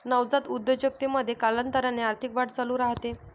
नवजात उद्योजकतेमध्ये, कालांतराने आर्थिक वाढ चालू राहते